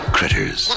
Critters